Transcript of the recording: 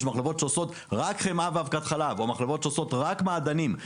יש מחלבות שעושות רק חמאה ואבקת חלב או מחלבות שעושות רק מעדנים.